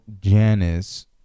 Janice